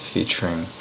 Featuring